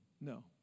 No